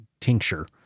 tincture